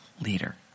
leader